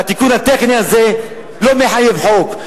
והתיקון הטכני הזה לא מחייב חוק.